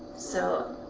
so,